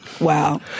Wow